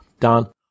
Don